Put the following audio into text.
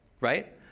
right